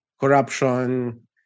corruption